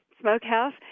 smokehouse